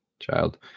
Child